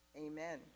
amen